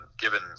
Given